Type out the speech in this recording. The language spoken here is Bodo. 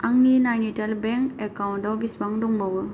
आंनि नाइनिटाल बेंक एकाउन्टाव बेसेबां दंबावो